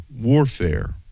warfare